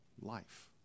life